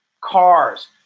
cars